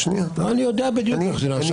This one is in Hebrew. אני יודע בדיוק איך זה נעשה,